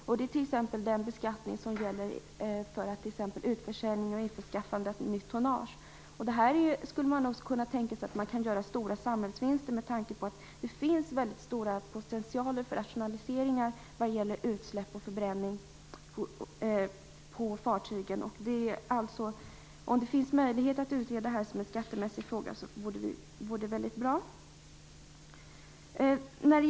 Det gäller t.ex. den beskattning som gäller utförsäljning och införskaffande av nytt tonnage. Man skulle också kunna tänka sig att vi kan göra stora samhällsvinster, med tanke på att det finns väldigt stora potentialer för rationaliseringar vad det gäller utsläpp och förbränning på fartygen. Om det finns möjlighet att utreda denna fråga som en skattefråga vore det väldigt bra.